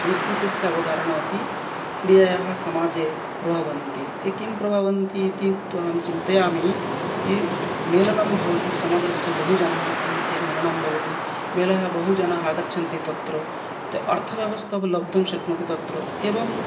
संस्कृतस्य अवधारणेपि क्रियायाः समाजे प्रभवन्ति ते किं प्रभवन्ति इति उक्त्वा अहं चिन्तयामि ये मेलनं भवति समाजस्य बहुजनाः संमुखे मेलनं भवति मेलने बहु जनाः आगच्छन्ति तत्र अर्थव्यवस्थापि लब्धुं शक्नोति तत्र एवं